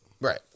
right